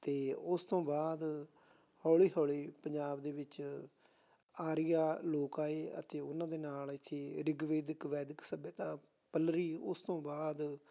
ਅਤੇ ਉਸ ਤੋਂ ਬਾਅਦ ਹੌਲੀ ਹੌਲੀ ਪੰਜਾਬ ਦੇ ਵਿੱਚ ਆਰੀਆ ਲੋਕ ਆਏ ਅਤੇ ਉਹਨਾਂ ਦੇ ਨਾਲ ਇੱਥੇ ਰਿਗਵੇਦ ਇੱਕ ਵੈਦਿਕ ਸੱਭਿਅਤਾ ਪੱਲਰੀ ਉਸ ਤੋਂ ਬਾਅਦ